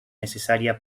necesaria